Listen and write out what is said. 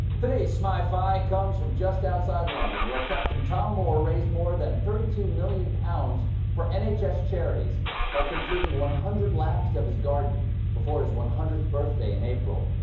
today's smi-fi comes from just outside london, where captain tom moore raised more than thirty two million pounds for n h s. charities by completing one hundred laps of his garden before his one hundredth birthday in april.